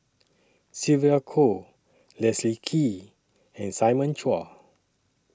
Sylvia Kho Leslie Kee and Simon Chua